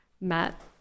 Matt